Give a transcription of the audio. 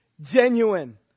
genuine